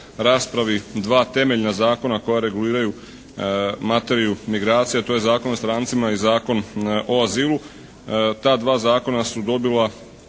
raspravi dva temeljna zakona koja reguliraju materiju migracija. To je Zakon o strancima i Zakon o azilu. Ta dva zakona su dobila